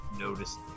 noticed